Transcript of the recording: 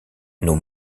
nos